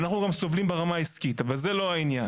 אנחנו גם סובלים ברמה עסקית, אבל זה לא העניין.